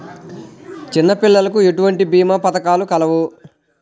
చిన్నపిల్లలకు ఎటువంటి భీమా పథకాలు కలవు?